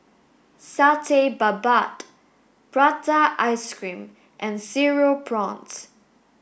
Satay Babat Prata ice cream and cereal prawns